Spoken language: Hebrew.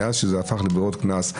מאז שזה הפך לברירות קנס,